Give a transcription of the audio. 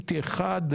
מיניתי אחד,